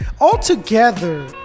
Altogether